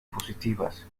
positivas